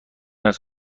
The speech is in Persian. است